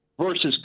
versus